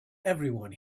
everyone